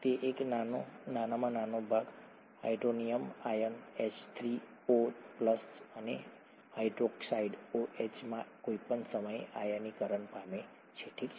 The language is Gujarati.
તેનો એક નાનો ભાગ હાઇડ્રોનિયમ આયન H3O અને હાઇડ્રોક્સાઇડ OHમાં કોઇ પણ સમયે આયનીકરણ પામે છે ઠીક છે